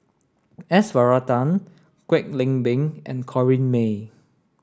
S Varathan Kwek Leng Beng and Corrinne May